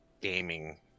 gaming